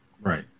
right